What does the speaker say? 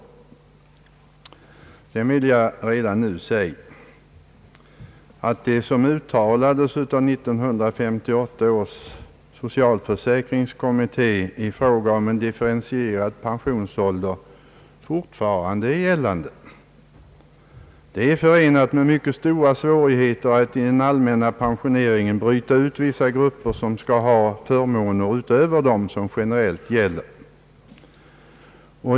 Sedan vill jag redan nu säga, att det som uttalades av 1958 års socialförsäkringskommitté i fråga om en differentierad pensionsålder fortfarande är gällande. Det är förenat med mycket stora svårigheter att i den allmänna pensioneringen bryta ut vissa grupper som skall ha förmåner utöver dem som generellt gäller.